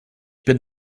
bin